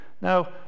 Now